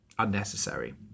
unnecessary